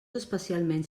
especialment